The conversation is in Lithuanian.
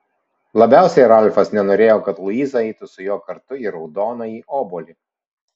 labiausiai ralfas nenorėjo kad luiza eitų su juo kartu į raudonąjį obuolį